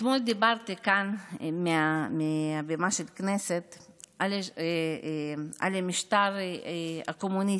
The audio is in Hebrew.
אתמול דיברתי כאן מהבימה של הכנסת על המשטר הקומוניסטי